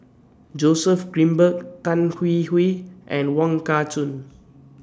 Joseph Grimberg Tan Hwee Hwee and Wong Kah Chun